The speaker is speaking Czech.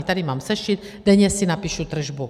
Tady mám sešit, denně si napíšu tržbu.